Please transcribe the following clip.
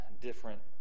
different